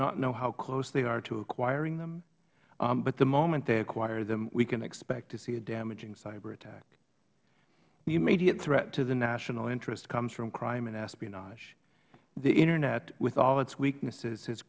not know how close they are to acquiring them but the moment they acquire them we can expect to see damaging cyber attacks the immediate threat to the national interest comes from crime and espionage the internet with all its weaknesses